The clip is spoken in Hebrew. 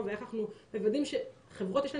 ואיך אנחנו מוודאים שחברות מגיבות טוב לחברות יש את